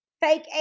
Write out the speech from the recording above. fake